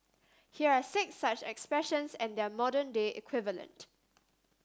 here are six such expressions and their modern day equivalent